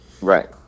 Right